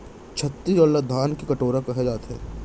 छत्तीसगढ़ ल धान के कटोरा कहे जाथे